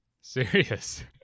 Serious